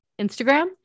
Instagram